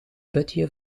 putje